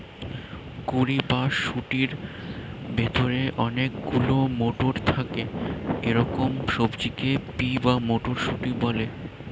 কুঁড়ি বা শুঁটির ভেতরে অনেক গুলো মটর থাকে এরকম সবজিকে পি বা মটরশুঁটি বলে